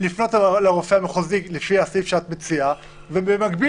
לפנות לרופא המחוזי לפי הסעיף שאת מציעה ובמקביל